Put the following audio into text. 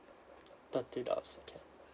thirty dollars can